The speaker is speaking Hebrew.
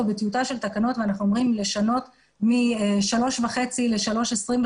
בטיוטה של תקנות ואנחנו אומרים לשנות מ-3.5 ל-3.25